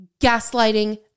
gaslighting